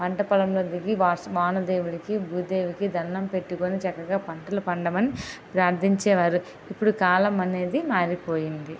పంట పొలంలో దిగి వాన దేవుడుకి భూదేవికి దండం పెట్టుకొని చక్కగా పంటలు పండమని ప్రార్థించే వారు ఇప్పుడు కాలం అనేది మారిపోయింది